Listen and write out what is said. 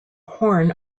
horn